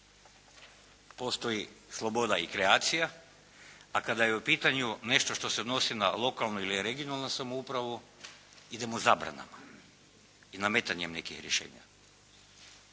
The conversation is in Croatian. postoji sloboda i kreacija, a kada je u pitanju nešto što se odnosi na lokalnu ili regionalnu samoupravu idemo zabranama i nametanjem nekih rješenja?